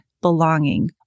belonging